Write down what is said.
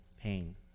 pain